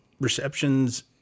receptions